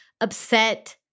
upset